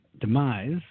demise